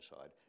side